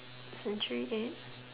century egg